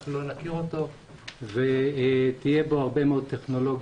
אנחנו לא נכיר אותו ותהיה בו הרבה מאוד טכנולוגיה.